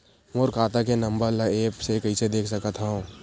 मोर खाता के नंबर ल एप्प से कइसे देख सकत हव?